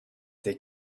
they